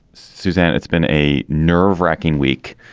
suzanne, it's been a nerve wracking week